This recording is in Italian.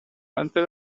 mentre